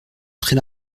très